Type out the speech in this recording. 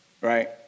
Right